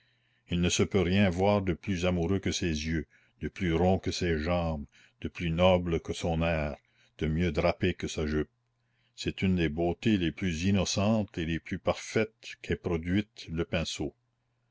il ne se peut rien voir de plus amoureux que ses yeux de plus rond que ses jambes de plus noble que son air de mieux drapé que sa jupe c'est une des beautés les plus innocentes et les plus parfaites qu'ait produites le pinceau